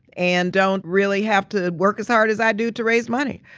and don't really have to work as hard as i do to raise money.